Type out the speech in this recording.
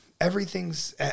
Everything's